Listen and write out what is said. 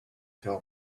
tell